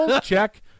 Check